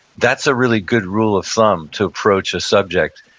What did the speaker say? that's a really good rule of thumb, to approach a subject,